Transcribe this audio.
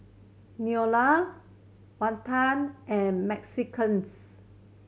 Neola Walton and